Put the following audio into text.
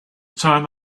time